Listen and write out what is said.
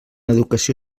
educació